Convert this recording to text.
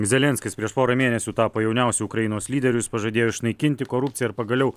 zelenskis prieš porą mėnesių tapo jauniausiu ukrainos lyderiu jis pažadėjo išnaikinti korupciją ir pagaliau